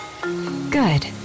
Good